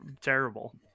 terrible